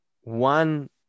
one